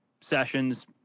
sessions